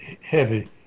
heavy